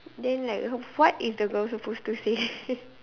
then like what is the girl's supposed to say